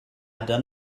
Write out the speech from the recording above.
done